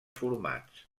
formats